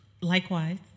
Likewise